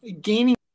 gaining